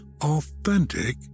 authentic